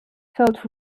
felt